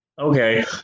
Okay